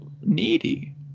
needy